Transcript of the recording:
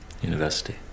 University